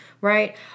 right